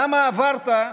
למה עברת,